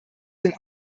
den